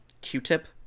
Q-tip